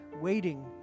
waiting